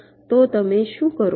તો તમે શું કરો છો